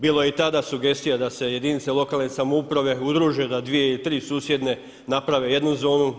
Bilo je i tada sugestija da se jedinice lokalne samouprave udruže, da dvije i tri susjedne naprave jednu zonu.